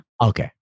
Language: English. Okay